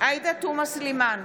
עאידה תומא סלימאן,